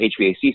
HVAC